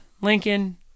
Lincoln